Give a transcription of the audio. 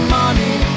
money